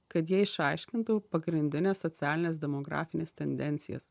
kad jie išaiškintų pagrindines socialines demografines tendencijas